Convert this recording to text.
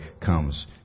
comes